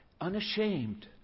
unashamed